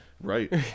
Right